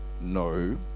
No